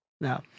No